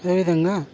అదే విధంగా